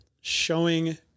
showing